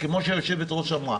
כמו שהיושבת-ראש אמרה,